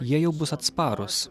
jie jau bus atsparūs